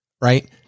Right